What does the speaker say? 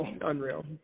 unreal